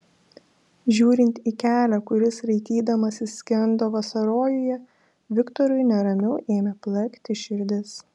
žiūrint į kelią kuris raitydamasis skendo vasarojuje viktorui neramiau ėmė plakti širdis